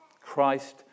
Christ